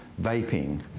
vaping